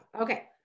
okay